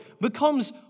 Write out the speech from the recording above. becomes